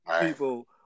people